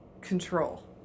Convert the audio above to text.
control